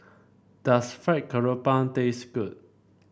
does Fried Garoupa taste good